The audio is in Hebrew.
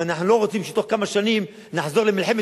אם אנחנו לא רוצים שבתוך כמה שנים נחזור למלחמת